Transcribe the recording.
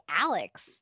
Alex